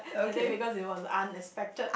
like that because it was unexpected